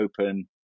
open